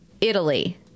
Italy